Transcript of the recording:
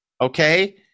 Okay